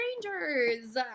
strangers